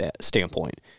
standpoint